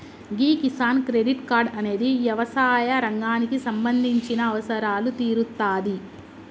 గీ Kisan credit card అనేది యవసాయ రంగానికి సంబంధించిన అవసరాలు తీరుత్తాది